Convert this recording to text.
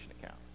account